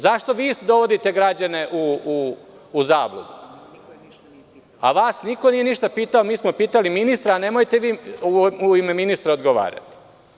Zašto vi dovodite građane u zabludu, a vas niko ništa nije pitao, mi smo pitali ministra, nemojte vi u ime ministra odgovarati.